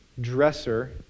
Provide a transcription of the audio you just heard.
dresser